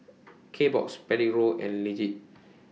Kbox Prego and Lindt